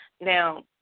Now